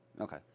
Okay